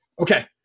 Okay